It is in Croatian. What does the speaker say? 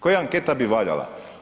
Koja anketa bi valjala?